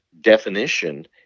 definition